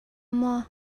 maw